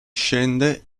scende